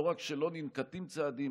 לא רק שלא ננקטים צעדים,